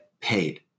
paid